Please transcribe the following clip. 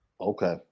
Okay